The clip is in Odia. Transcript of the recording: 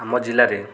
ଆମ ଜିଲ୍ଲାରେ